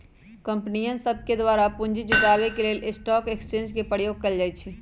कंपनीय सभके द्वारा पूंजी जुटाबे के लेल स्टॉक एक्सचेंज के प्रयोग कएल जाइ छइ